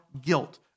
guilt